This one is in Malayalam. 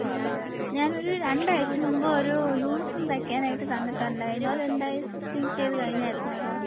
ആ ഞാനൊരു രണ്ടാഴ്ച മുൻപ് ഒരു യൂണിഫോം തയ്ക്കാനായിട്ട് തന്നിട്ടുണ്ടായിരുന്നു അതെന്തായി സ്റ്റിച്ചിങ് ചെയ്തു കഴിഞ്ഞായിരുന്നോ അത്